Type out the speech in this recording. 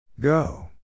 Go